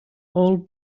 all